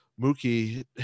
Mookie